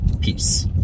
Peace